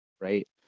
Right